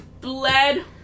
bled